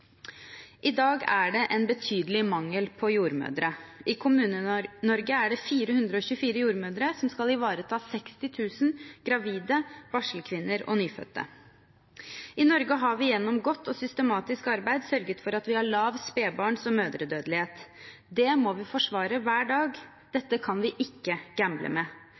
I dag er det en betydelig mangel på jordmødre. I Kommune-Norge er det 424 jordmødre som skal ivareta 60 000 gravide, barselkvinner og nyfødte. I Norge har vi gjennom godt og systematisk arbeid sørget for at vi har lav spedbarns- og mødredødelighet. Det må vi forsvare hver dag – dette kan vi ikke gamble med.